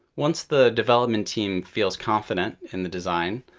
once the development team feels confident in the design,